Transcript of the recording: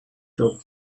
shop